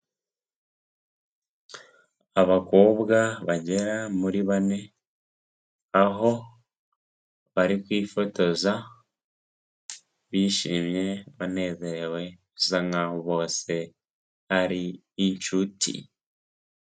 Abakobwa bagera muri bane, aho bari kwifotoza bishimye, banezerewe bisa nk'aho bose ari inshuti.